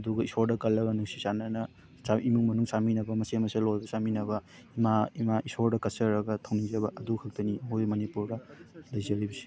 ꯑꯗꯨꯒ ꯏꯁꯣꯔꯗ ꯀꯠꯂꯒ ꯅꯨꯡꯁꯤ ꯆꯥꯟꯅꯅ ꯏꯃꯨꯡ ꯃꯅꯨꯡ ꯆꯥꯃꯤꯟꯅꯕ ꯃꯆꯦꯠ ꯃꯆꯦꯠ ꯑꯣꯏꯔꯒꯁꯨ ꯆꯥꯃꯤꯟꯅꯕ ꯏꯃꯥ ꯏꯃꯥ ꯏꯁꯣꯔꯗ ꯀꯠꯆꯔꯒ ꯊꯧꯅꯤꯖꯕ ꯑꯗꯨ ꯈꯛꯇꯅꯤ ꯑꯩꯈꯣꯏ ꯃꯅꯤꯄꯨꯔꯗ ꯂꯩꯖꯔꯤꯕꯁꯦ